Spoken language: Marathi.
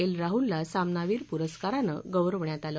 एल राहुलला सामनावीर पुरस्कारानं गौरवण्यात आलं